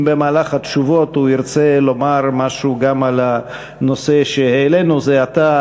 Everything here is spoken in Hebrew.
ואם בתשובות הוא ירצה לדבר גם על הנושא שהעלינו זה עתה,